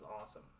awesome